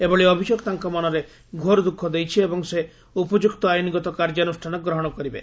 ଏଭଳି ଅଭିଯୋଗ ତାଙ୍କ ମନରେ ଘୋର ଦୁଃଖ ଦେଇଛି ଏବଂ ସେ ଉପଯୁକ୍ତ ଆଇନଗତ କାର୍ଯ୍ୟାନୁଷ୍ଠାନ ଗ୍ରହଣ କରିବେ